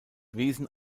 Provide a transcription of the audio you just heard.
wesen